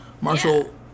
Marshall